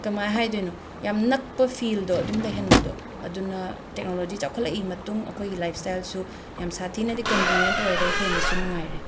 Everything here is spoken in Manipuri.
ꯀꯃꯥꯏꯅ ꯍꯥꯏꯗꯣꯏꯅꯣ ꯌꯥꯝꯅ ꯅꯛꯄ ꯐꯤꯜꯗꯣ ꯑꯗꯨꯝ ꯂꯩꯍꯟꯕꯗꯣ ꯑꯗꯨꯅ ꯇꯦꯛꯅꯣꯂꯣꯖꯤ ꯆꯥꯎꯈꯠꯂꯛꯏ ꯃꯇꯨꯡ ꯑꯩꯈꯣꯏꯒꯤ ꯂꯥꯏꯞꯁ꯭ꯇꯥꯏꯜꯁꯨ ꯌꯥꯝꯅ ꯁꯥꯊꯤꯅꯗꯤ ꯀꯟꯕꯤꯅ꯭ꯌꯦꯟꯠ ꯑꯣꯏꯔꯦ ꯍꯦꯟꯅꯁꯨ ꯅꯨꯡꯉꯥꯏꯔꯦ